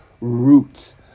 roots